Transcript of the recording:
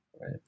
right